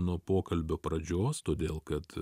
nuo pokalbio pradžios todėl kad